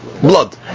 blood